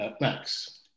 Max